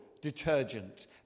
detergent